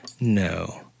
no